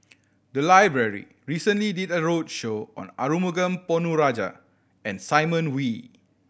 the library recently did a roadshow on Arumugam Ponnu Rajah and Simon Wee